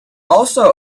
also